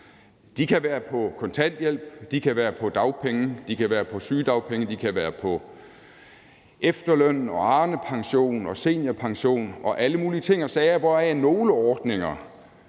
de kan være på sygedagpenge, de kan være på efterløn, Arnepension, seniorpension og alle mulige ting og sager, hvoraf nogle ordninger